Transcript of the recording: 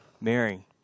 Mary